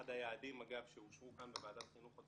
אחד היעדים אגב שאושרו כאן בוועדת החינוך עוד